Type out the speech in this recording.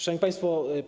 Szanowni Państwo!